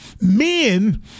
men